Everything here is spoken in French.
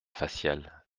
facial